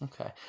okay